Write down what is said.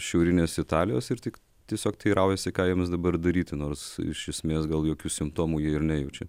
šiaurinės italijos ir tik tiesiog teiraujasi kai jiems dabar daryti nors iš esmės gal jokių simptomų jie ir nejaučia